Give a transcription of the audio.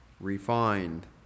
Refined